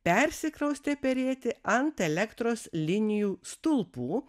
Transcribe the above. persikraustė perėti ant elektros linijų stulpų